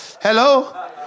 Hello